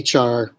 HR